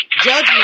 judgment